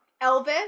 Elvis